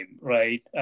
right